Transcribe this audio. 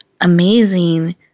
amazing